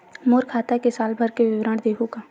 मोर खाता के साल भर के विवरण देहू का?